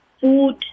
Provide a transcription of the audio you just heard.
food